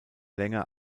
länger